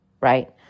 right